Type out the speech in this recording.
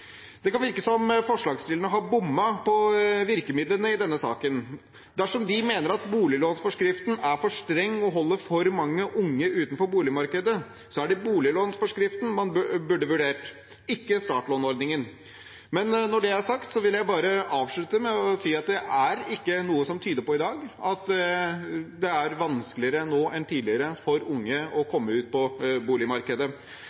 Det kan virke som forslagsstillerne har bommet på virkemidlene i denne saken. Dersom de mener at boliglånsforskriften er for streng og holder for mange unge utenfor boligmarkedet, er det boliglånsforskriften de burde vurdert, ikke startlånsordningen. Men når det er sagt, vil jeg bare avslutte med å si at det ikke er noe i dag som tyder på at det er vanskeligere nå enn tidligere for unge å